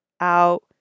out